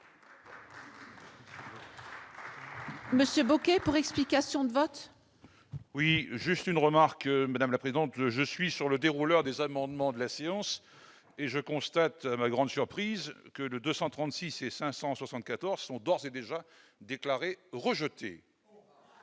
Monsieur Bocquet pour explication de vote. Oui, juste une remarque, madame la présidente, je suis sur le déroulement des amendements de la science et je constate, à ma grande surprise que le 236 et 574 sont d'ores et déjà déclaré rejeté.